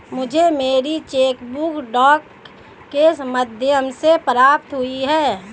मुझे मेरी cheque book डाक के माध्यम से प्राप्त हुई है